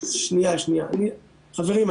חברים,